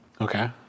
Okay